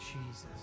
Jesus